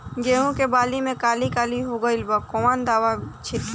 गेहूं के बाली में काली काली हो गइल बा कवन दावा छिड़कि?